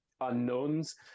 unknowns